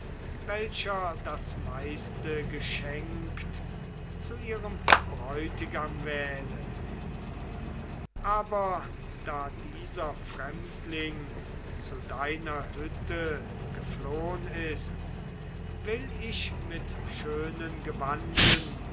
welcher das meiste geschenkt zu ihrem bräutigam wähle aber da dieser fremdling zu deiner hütte geflohn ist will ich mit schönen gewanden